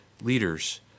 leaders